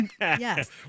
Yes